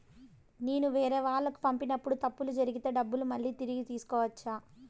నేను వేరేవాళ్లకు పంపినప్పుడు తప్పులు జరిగితే డబ్బులు మళ్ళీ తిరిగి తీసుకోవచ్చా?